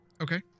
Okay